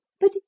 But